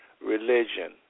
religion